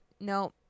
no